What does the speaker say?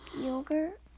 Yogurt